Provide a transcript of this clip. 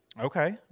Okay